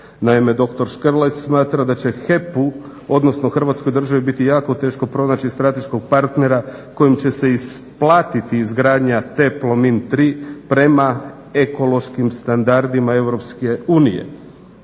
Naime, doktor Škrlec smatra da će HEP-u odnosno Hrvatskoj državi biti jako teško pronaći strateškog partnera kojem će se isplatiti izgradnja TE Plomin 3 prema ekološkim standardima EU."